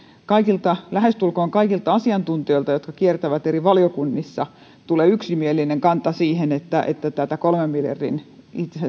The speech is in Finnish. lähestulkoon kaikilta asiantuntijoilta jotka kiertävät eri valiokunnissa tulee yksimielinen kanta siihen että että tätä kolmen miljardin